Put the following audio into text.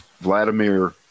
Vladimir